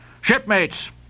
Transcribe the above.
Shipmates